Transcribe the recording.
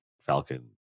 Falcon